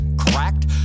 cracked